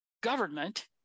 government